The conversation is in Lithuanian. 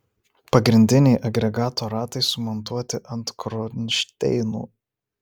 pagrindiniai agregato ratai sumontuoti ant kronšteinų